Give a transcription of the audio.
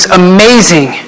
amazing